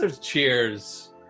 Cheers